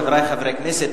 חברי חברי הכנסת,